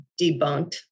debunked